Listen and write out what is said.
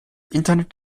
internet